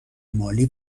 مالی